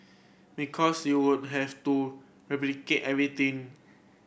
because you would have to replicate everything